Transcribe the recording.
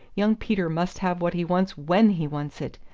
young peter must have what he wants when he wants it!